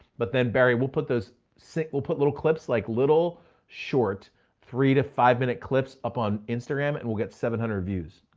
but then barry, we'll put those, we'll put little clips, like little short three to five minute clips up on instagram and we'll get seven hundred views.